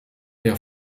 der